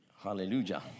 Hallelujah